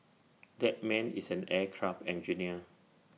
that man is an aircraft engineer